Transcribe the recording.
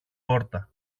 πόρτα